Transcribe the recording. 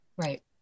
right